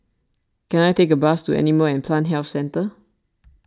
can I take a bus to Animal and Plant Health Centre